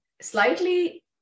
slightly